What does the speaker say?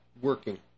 working